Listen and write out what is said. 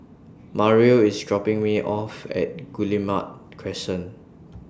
Mario IS dropping Me off At Guillemard Crescent